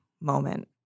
moment